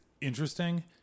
interesting